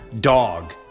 dog